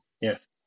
Yes